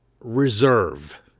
reserve